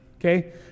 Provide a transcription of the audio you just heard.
Okay